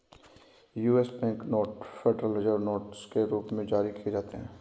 US bank note federal reserve notes के रूप में जारी किए जाते हैं